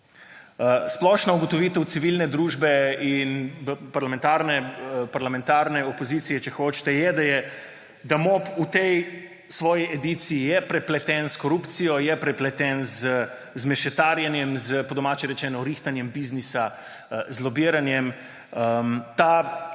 Splošna ugotovitev civilne družbe in parlamentarne opozicije, če hočete, je, da je MOP v tej svoji ediciji prepleten s korupcijo, je prepleten z mešetarjenjem, s po domače rečeno rihtanjem biznisa, z lobiranjem. Ta